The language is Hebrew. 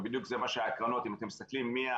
אבל בדיוק זה מה שהקרנות אם אתם מסתכלים מה-LPs